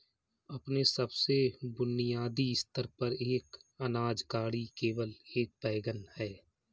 अपने सबसे बुनियादी स्तर पर, एक अनाज गाड़ी केवल एक वैगन है